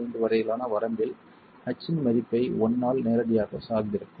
5 வரையிலான வரம்பில் h இன் மதிப்பை l ஆல் நேரடியாகச் சார்ந்திருக்கும்